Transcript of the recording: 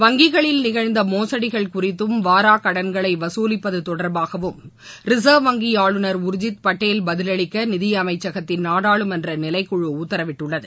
வங்கிகளில் நிகழ்ந்த மோசுடிகள் குறித்தும் வாராக் கடன்களை வசூலிப்பது தொடர்பாகவும் ரிசர்வ் வங்கி ஆளுநர் உர்ஜித் பட்டேல் பதிலளிக்க நிதியமைச்சகத்தின் நாடாளுமன்ற நிலைக்குழு உத்தரவிட்டுள்ளது